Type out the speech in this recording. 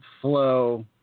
flow